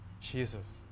Jesus